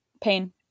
pain